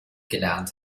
gelernt